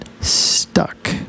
stuck